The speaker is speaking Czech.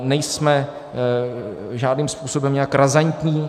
Nejsme žádným způsobem nějak razantní.